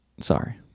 Sorry